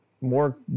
more